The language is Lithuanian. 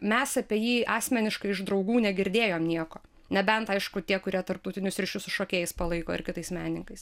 mes apie jį asmeniškai iš draugų negirdėjom nieko nebent aišku tie kurie tarptautinius ryšius su šokėjais palaiko ir kitais menininkais